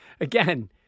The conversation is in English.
again